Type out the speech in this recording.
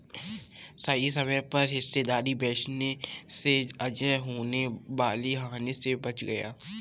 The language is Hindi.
सही समय पर हिस्सेदारी बेचने से अजय होने वाली हानि से बच गया